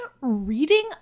reading